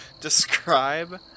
describe